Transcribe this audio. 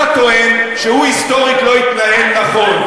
אתה טוען שהוא היסטורית לא התנהל נכון,